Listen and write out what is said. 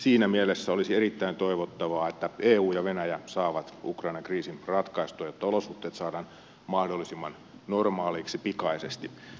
siinä mielessä olisi erittäin toivottavaa että eu ja venäjä saisivat ukrainan kriisin ratkaistua jotta olosuhteet saadaan mahdollisimman normaaleiksi pikaisesti